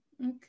Okay